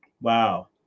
Wow